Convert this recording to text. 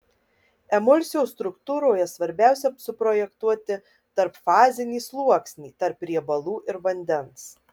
emulsijos struktūroje svarbiausia suprojektuoti tarpfazinį sluoksnį tarp riebalų ir vandens